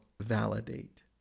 validate